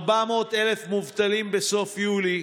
400,000 מובטלים בסוף יולי,